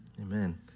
Amen